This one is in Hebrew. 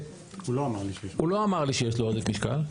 והוא לא אמר לי שיש לו עודף משקל.